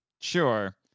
Sure